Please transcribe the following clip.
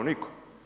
Nitko.